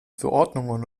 verordnungen